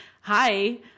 hi